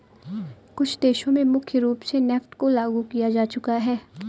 कुछ देशों में मुख्य रूप से नेफ्ट को लागू किया जा चुका है